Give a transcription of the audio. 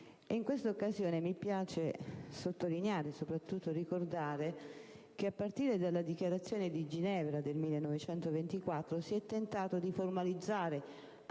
In questa occasione mi piace sottolineare e soprattutto ricordare che a partire dalla Dichiarazione di Ginevra del 1924 si è tentato di formalizzare